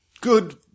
good